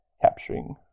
capturing